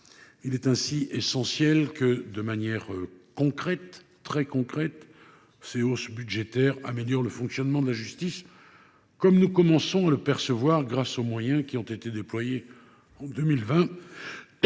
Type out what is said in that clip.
Il est essentiel que, de manière très concrète, ces hausses budgétaires améliorent le fonctionnement de la justice, comme nous commençons du reste à le percevoir grâce aux moyens qui ont été déployés en 2020,